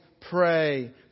pray